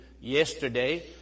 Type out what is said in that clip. yesterday